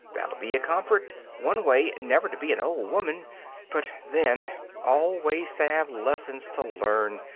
that'll be a comfort, one way never to be an old woman but then always to have lessons to learn!